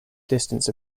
distance